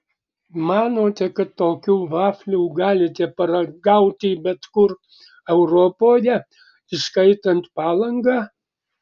manote kad tokių vaflių galite paragauti bet kur europoje įskaitant palangą